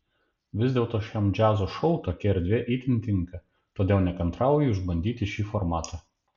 vis dėlto šiam džiazo šou tokia erdvė itin tinka todėl nekantrauju išbandyti šį formatą